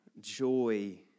joy